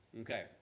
Okay